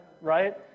right